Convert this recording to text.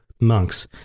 monks